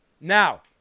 Now